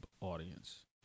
audience